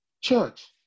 church